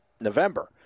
November